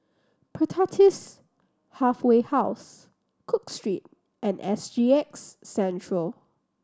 Pertapis Halfway House Cook Street and S G X Centre